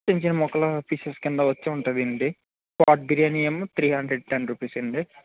చిన్నచిన్న ముక్కలు పీసెస్ క్రింద వచ్చి ఉంటుంది అండి పాట్ బిర్యానీ ఏమో త్రీ హండ్రెడ్ టెన్ రూపీస్ అండి